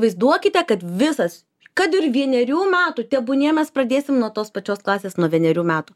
vaizduokite visas kad ir vienerių metų tebūnie mes pradėsim nuo tos pačios klasės nuo vienerių metų